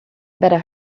better